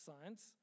science